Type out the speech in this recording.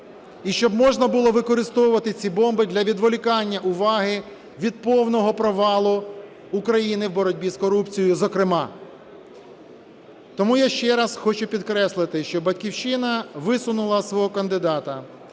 і щоб можна було використовувати ці бомби для відволікання уваги від повного провалу України в боротьбі з корупцією, зокрема. Тому я ще раз хочу підкреслити, що "Батьківщина" висунула свого кандидата.